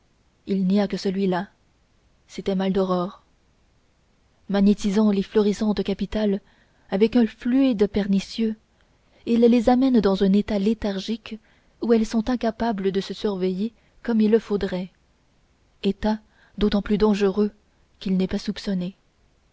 il n'y a que celui-là c'était maldoror magnétisant les florissantes capitales avec un fluide pernicieux il les amène dans un état léthargique où elles sont incapables de se surveiller comme il le faudrait état d'autant plus dangereux qu'il n'est pas soupçonné